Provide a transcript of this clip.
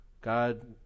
God